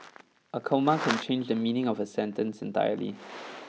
a coma can change the meaning of a sentence entirely